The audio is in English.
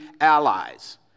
allies